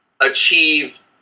achieve